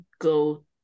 go